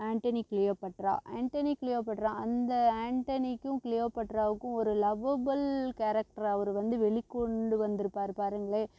Antony Cleopatra Antony Cleopatra அந்த ஆண்டனிக்கும் கிளியோபாட்ராவுக்கும் ஒரு லவ்வபிள் கேரக்ட்ரை அவர் வந்து வெளி கொண்டு வந்திருப்பாரு பாருங்களேன்